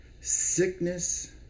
sickness